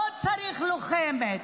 לא צריך לוחמת,